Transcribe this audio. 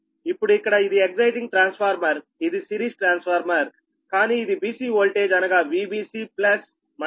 ఇప్పుడు ఇక్కడ ఇది ఎక్సైటింగ్ ట్రాన్స్ఫార్మర్ఇది సిరీస్ ట్రాన్స్ఫార్మర్కానీ ఇది bc వోల్టేజ్ అనగా Vbc ప్లస్ మైనస్